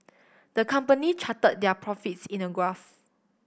the company charted their profits in a graph